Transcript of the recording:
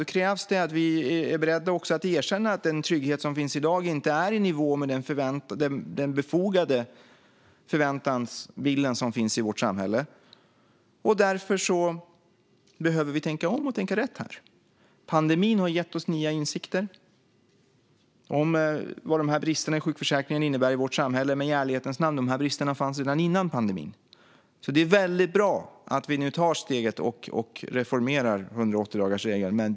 Då krävs det att vi är beredda att erkänna att den trygghet som finns i dag inte är i nivå med den befogade förväntansbild som finns i vårt samhälle. Därför behöver vi tänka om och tänka rätt. Pandemin har gett oss nya insikter om vad bristerna i sjukförsäkringen innebär i vårt samhälle. Men i ärlighetens namn: Dessa brister fanns redan innan pandemin. Det är alltså väldigt bra att vi nu tar steget och reformerar 180-dagarsregeln.